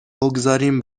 بگذاریم